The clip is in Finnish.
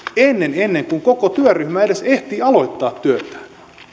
ennen ennen kuin koko työryhmä edes ehtii aloittaa työtään